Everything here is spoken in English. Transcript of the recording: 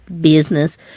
business